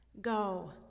Go